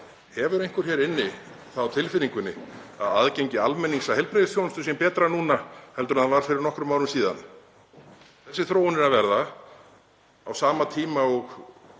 Hefur einhver hér inni það á tilfinningunni að aðgengi almennings að heilbrigðisþjónustu sé betra núna heldur en það var fyrir nokkrum árum síðan? Þessi þróun er að verða á sama tíma og